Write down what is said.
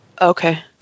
Okay